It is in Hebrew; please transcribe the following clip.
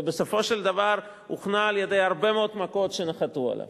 הוא בסופו של דבר הוכנע על-ידי הרבה מאוד מכות שנחתו עליו.